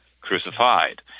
crucified